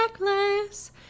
necklace